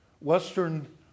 western